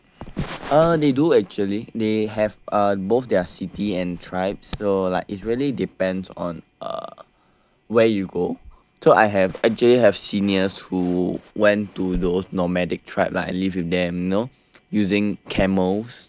uh they do actually they have uh both their city and tribes though like it's really depends on uh where you go so I have actually have seniors who went to those nomadic tribe like live with them you know using camels